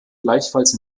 gleichfalls